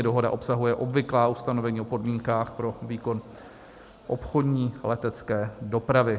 Dohoda obsahuje obvyklá ustanovení o podmínkách pro výkon obchodní letecké dopravy.